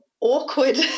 awkward